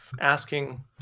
asking